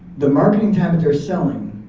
the marketing tab that they're selling,